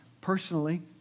personally